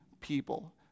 people